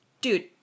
Dude